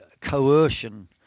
coercion